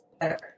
better